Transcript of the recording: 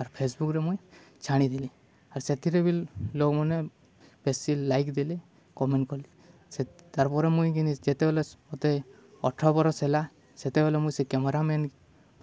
ଆରୁ ଫେସବୁକ୍ରେ ମୁଇଁ ଛାଣିଦେଲି ଆର୍ ସେଥିରେ ବି ଲୋକମାନେ ବେଶୀ ଲାଇକ୍ ଦେଲେ କମେଣ୍ଟ କଲି ସେ ତାର୍ ପରେ ମୁଇଁ କିିନ୍ ଯେତେବେଳେ ମୋତେ ଅଠର ବରଷ ହେଲା ସେତେବେଳେ ମୁଇଁ ସେ କ୍ୟାମେରାମ୍ୟନ୍